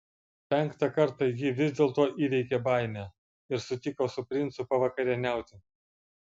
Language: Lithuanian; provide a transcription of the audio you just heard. penktą kartą ji vis dėlto įveikė baimę ir sutiko su princu pavakarieniauti